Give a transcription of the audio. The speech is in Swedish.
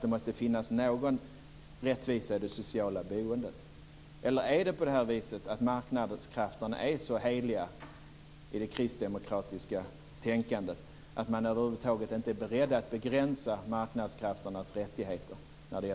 Det måste finnas någon rättvisa i det sociala boendet. Eller är marknadskrafterna så heliga i det kristdemokratiska tänkandet att man över huvud taget inte är beredd att begränsa marknadskrafternas rättigheter när det